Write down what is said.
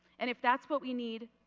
and if that's what we need,